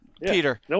Peter